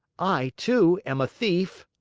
i, too, am a thief.